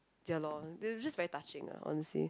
ya loh it was just very touching lah honestly